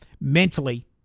mentally